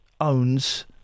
owns